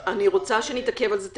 אני רוצה שנתעכב על זה.